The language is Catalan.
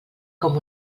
com